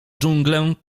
dżunglę